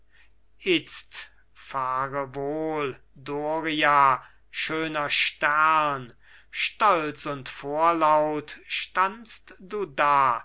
itzt fahre wohl doria schöner stern stolz und vorlaut standst du da